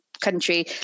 country